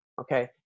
Okay